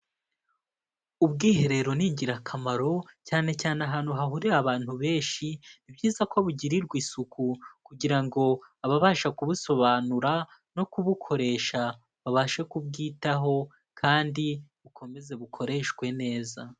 Ubwiherero ni ingirakamaro cyane cyane ahantu hahurira abantu benshi, ni byiza ko bugirirwa isuku kugira ngo ababasha kubusobanura no kubukoresha babashe kubwitaho kandi bukomeze bukoreshwe neza.